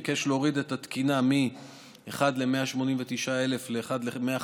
ביקש להוריד את התקינה מ-1:189,000 ל-1:150,000,